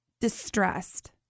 distressed